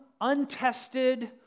untested